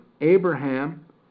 Abraham